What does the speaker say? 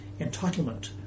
entitlement